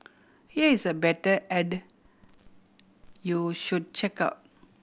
here is a better ad you should check out